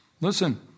listen